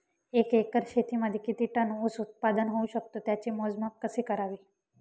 एका एकर शेतीमध्ये किती टन ऊस उत्पादन होऊ शकतो? त्याचे मोजमाप कसे करावे?